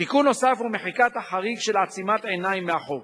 תיקון נוסף הוא מחיקת החריג של "עצימת עיניים" מהחוק.